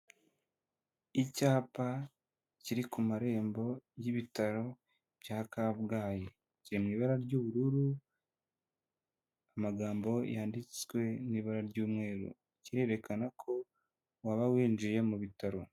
Icyapa kiri ku marembo y'ibitaro bya Kabgayi, kiri mu ibara ry'ubururu, amagambo yanditswe n'ibara ry'umweru, kirerekana ko waba winjiye mu bitaro.